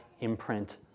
imprint